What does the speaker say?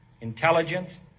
intelligence